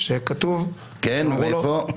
כן, איפה?